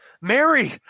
Mary